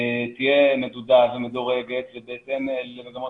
תהיה מדודה ומבוקרת ובהתאם למגמות